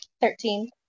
Thirteen